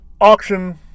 auction